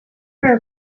her